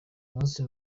munsi